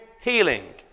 healing